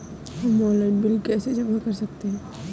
हम online bill कैसे जमा कर सकते हैं?